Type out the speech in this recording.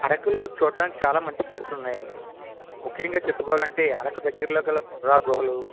అరుకులో చూడడానికి చాలా మంచి ప్లేస్లు ఉన్నాయండి ముఖ్యంగా చెప్పుకోవాలంటే అరకు దగ్గరలో గల బుర్ర గుహలు